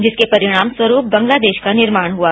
जिसके परिणाम स्वरूप बंगलादेश का निर्माण हुआ